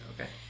okay